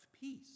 peace